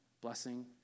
blessing